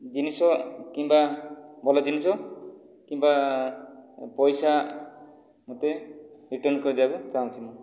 ଜିନିଷ କିମ୍ବା ଭଲ ଜିନିଷ କିମ୍ବା ପଇସା ମୋତେ ରିଟର୍ନ କରି ଦେବାକୁ ଚାହୁଁଛି ମୁଁ